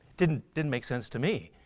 didn't didn't make sense to me.